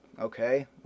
okay